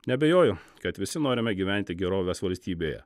neabejoju kad visi norime gyventi gerovės valstybėje